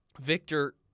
Victor